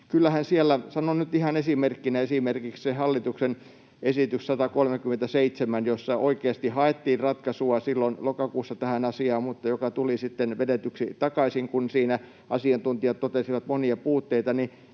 että esimerkiksi hallituksen esityksessä 137, jossa oikeasti haettiin ratkaisua silloin lokakuussa tähän asiaan mutta joka tuli sitten vedetyksi takaisin, kun siinä asiantuntijat totesivat monia puutteita,